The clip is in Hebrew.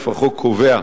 החוק קובע,